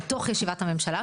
בתוך ישיבת הממשלה,